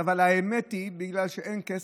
אבל האמת היא שבגלל שאין כסף,